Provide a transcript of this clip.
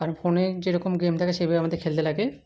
কারণ ফোনে যেরকম গেম থাকে সেইভাবে আমাদের খেলতে লাগে